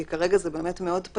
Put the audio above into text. כי כרגע זה מאוד פתוח,